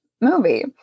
movie